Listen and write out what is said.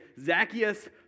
Zacchaeus